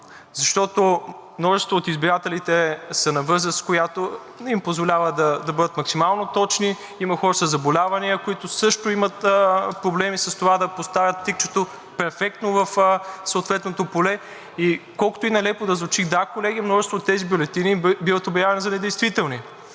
Защото множеството от избирателите са на възраст, която не им позволява да бъдат максимално точни. Има хора със заболявания, които също имат проблеми с това да поставят тикчето перфектно в съответното поле и колкото и нелепо да звучи, да, колеги, множество от тези бюлетини биват обявявани за недействителни.